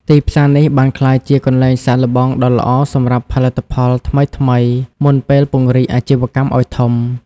ទីផ្សារនេះបានក្លាយជាកន្លែងសាកល្បងដ៏ល្អសម្រាប់ផលិតផលថ្មីៗមុនពេលពង្រីកអាជីវកម្មឱ្យធំ។